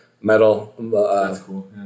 metal